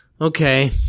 Okay